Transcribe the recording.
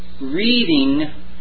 reading